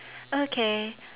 okay